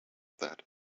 that